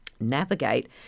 navigate